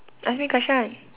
ask me question